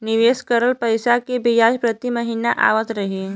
निवेश करल पैसा के ब्याज प्रति महीना आवत रही?